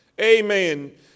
Amen